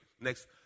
next